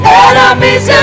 enemies